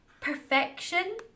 perfection